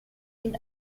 ihn